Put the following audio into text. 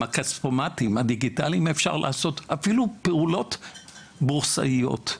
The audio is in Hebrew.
הכספומטים הדיגיטליים אפשר לעשות אפילו פעולות בורסאיות.